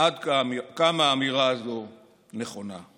עד כמה האמירה הזו נכונה.